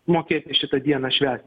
mokėti šitą dieną švęsti